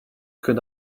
could